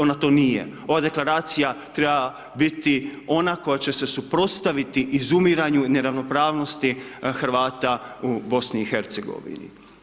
Ona to nije ova Deklaracija treba biti ona koja će se suprotstaviti izumiranju i neravnopravnosti Hrvata u BIH.